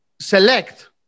select